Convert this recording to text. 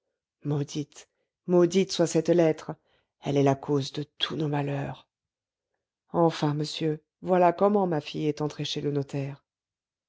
maudite maudite soit cette lettre elle est la cause de tous nos malheurs enfin monsieur voilà comment ma fille est entrée chez le notaire